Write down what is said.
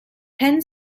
penn